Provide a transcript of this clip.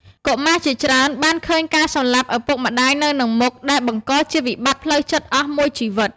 កុមារជាច្រើនបានឃើញការសម្លាប់ឪពុកម្ដាយនៅនឹងមុខ ដែលបង្កជាវិបត្តិផ្លូវចិត្តអស់មួយជីវិត។